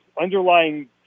underlying